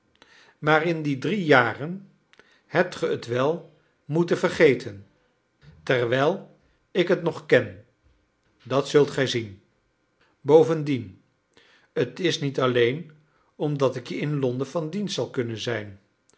in die drie jaren hebt ge t wel moeten vergeten terwijl ik het nog ken dat zult gij zien bovendien t is niet alleen omdat ik je in londen van dienst zal kunnen zijn